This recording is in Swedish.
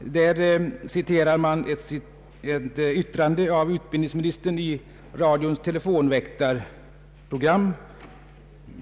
I boken citeras ett yttrande av utbildningsministern i radions telefonväktarprogram.